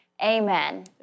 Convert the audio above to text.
Amen